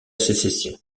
sécession